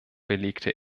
belegte